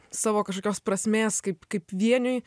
savo kažkokios prasmės kaip kaip vieniui